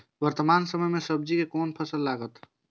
वर्तमान समय में सब्जी के कोन फसल लागत?